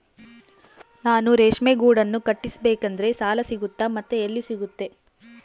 ನಾನು ರೇಷ್ಮೆ ಗೂಡನ್ನು ಕಟ್ಟಿಸ್ಬೇಕಂದ್ರೆ ಸಾಲ ಸಿಗುತ್ತಾ ಮತ್ತೆ ಎಲ್ಲಿ ಸಿಗುತ್ತೆ?